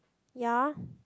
ya